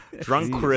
Drunk